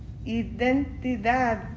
Identidad